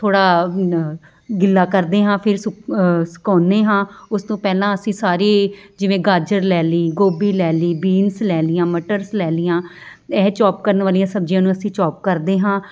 ਥੋੜ੍ਹਾ ਗਿੱਲਾ ਕਰਦੇ ਹਾਂ ਫਿਰ ਸੁਕ ਸੁਕਾਉਂਦੇ ਹਾਂ ਉਸ ਤੋਂ ਪਹਿਲਾਂ ਅਸੀਂ ਸਾਰੇ ਜਿਵੇਂ ਗਾਜਰ ਲੈ ਲਈ ਗੋਭੀ ਲੈ ਲਈ ਬੀਨਸ ਲੈ ਲਈਆਂ ਮਟਰਸ ਲੈ ਲਈਆਂ ਇਹ ਚੋਪ ਕਰਨ ਵਾਲੀਆਂ ਸਬਜ਼ੀਆਂ ਨੂੰ ਅਸੀਂ ਚੋਪ ਕਰਦੇ ਹਾਂ